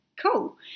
cool